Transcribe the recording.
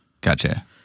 Gotcha